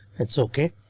it's ok.